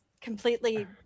completely